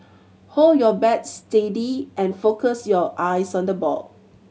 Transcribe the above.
hold your bat steady and focus your eyes on the ball